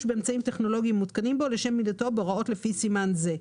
באמצעים הטכנולוגיים המותקנים בו לשם עמידתו בהוראות לפי סימן זה.